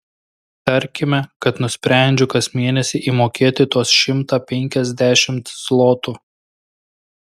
tarkime kad nusprendžiu kas mėnesį įmokėti tuos šimtą penkiasdešimt zlotų